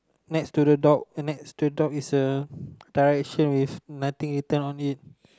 next to the dog next to the dog is a direction with nothing written on it